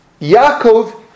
Yaakov